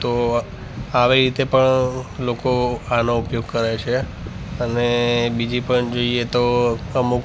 તો આવી રીતે પણ લોકો આનો ઉપયોગ કરે છે અને બીજી પણ જોઈએ તો અમુક